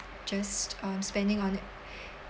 just um spending on a~